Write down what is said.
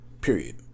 Period